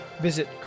visit